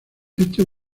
este